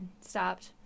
stopped